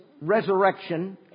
resurrection